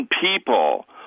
people